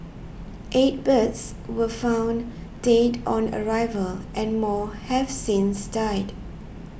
eight birds were found dead on arrival and more have since died